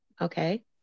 okay